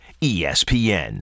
ESPN